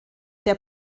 der